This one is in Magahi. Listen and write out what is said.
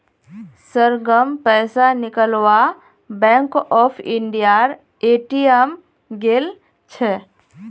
सरगम पैसा निकलवा बैंक ऑफ इंडियार ए.टी.एम गेल छ